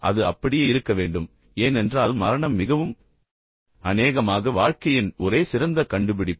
அது அப்படியே இருக்க வேண்டும் ஏனென்றால் மரணம் மிகவும் அநேகமாக வாழ்க்கையின் ஒரே சிறந்த கண்டுபிடிப்பு